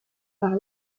par